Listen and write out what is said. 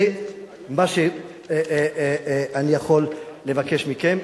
זה מה שאני יכול לבקש מכם.